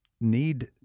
need